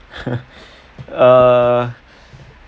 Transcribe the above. uh